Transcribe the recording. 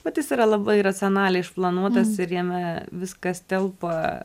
bet jis yra labai racionaliai išplanuotas ir jame viskas telpa